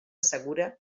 segura